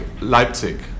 Leipzig